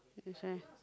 that's why